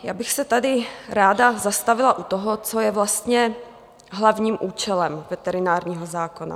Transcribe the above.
Já bych se tady ráda zastavila u toho, co je vlastně hlavním účelem veterinárního zákona.